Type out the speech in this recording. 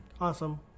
awesome